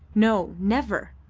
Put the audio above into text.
no, never.